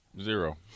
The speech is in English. Zero